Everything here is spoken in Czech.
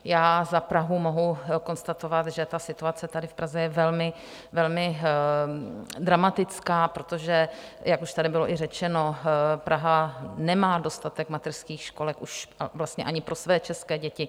Já za Prahu mohu konstatovat, že situace tady v Praze je velmi dramatická, protože, jak už tady bylo řečeno, Praha nemá dostatek mateřských školek ani pro své české děti.